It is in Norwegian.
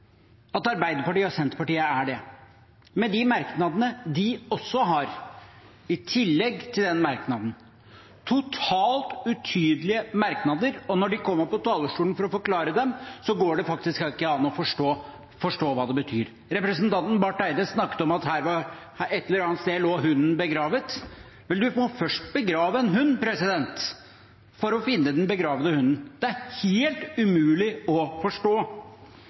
at Arbeiderpartiet og Senterpartiet skal det – med de merknadene de har i tillegg til den merknaden. Det er totalt utydelige merknader, og når de kommer på talerstolen for å forklare dem, går det faktisk ikke an å forstå hva det betyr. Representanten Barth Eide snakket om at et eller annet sted lå hunden begravet. Men man må først begrave en hund for å finne den begravde hunden. Det er helt umulig å forstå.